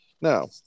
Now